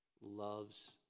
loves